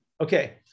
okay